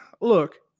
look